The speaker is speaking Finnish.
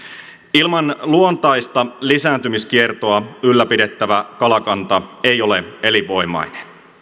ilman luontaista lisääntymiskiertoa ei ylläpidettävä kalakanta ole elinvoimainen